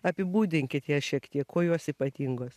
apibūdinkit jas šiek tiek kuo jos ypatingos